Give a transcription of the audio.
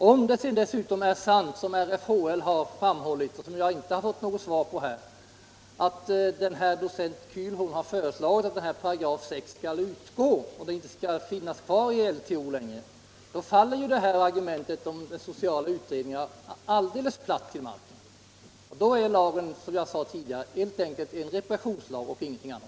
Om det dessutom är sant — jag har ännu inte fått något svar på den frågan - som RFHL framhållit, att docent Kählhorn föreslagit att 6 § skall utgå ur LTO, faller argumentet om den sociala utredningen platt till marken, och då är lagen, som jag tidigare sade, helt enkelt en repressionslag och ingenting annat.